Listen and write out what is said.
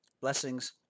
Blessings